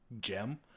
gem